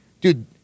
dude